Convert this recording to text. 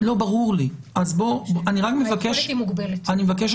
אבל היכולת היא מוגבלת.